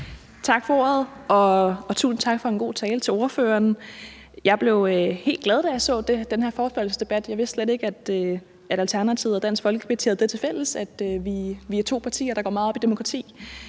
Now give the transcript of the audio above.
Tak for ordet. Og tusind tak til ordføreren for en god tale. Jeg blev helt glad, da jeg så den her forespørgselsdebat. Jeg vidste slet ikke, at Alternativet og Dansk Folkeparti havde det tilfælles, at vi er to partier, der går meget op i demokrati.